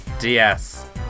DS